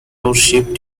worship